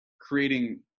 creating